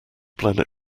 planet